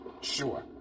Sure